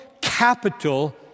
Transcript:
capital